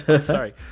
Sorry